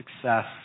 success